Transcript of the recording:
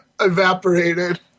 evaporated